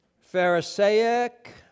pharisaic